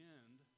end